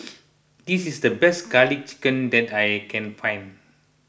this is the best Garlic Chicken that I can find